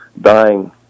dying